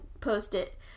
post-it